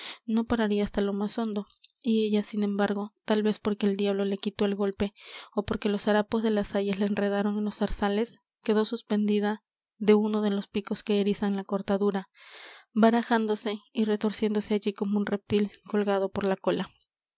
no pararía hasta lo más hondo y ella sin embargo tal vez porque el diablo le quitó el golpe ó porque los harapos de las sayas la enredaron en los zarzales quedó suspendida de uno de los picos que erizan la cortadura barajándose y retorciéndose allí como un reptil colgado por la cola